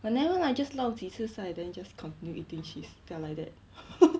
I never lah just 老几次 sai then just continue eating cheese they are like that